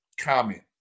Comment